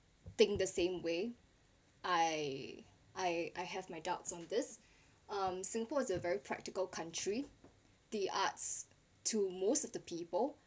think the same way I I I have my doubts on this um singapore is a very practical country the arts to most of the people